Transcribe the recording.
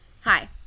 Hi